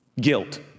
Guilt